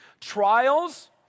Trials